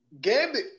Gambit